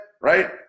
right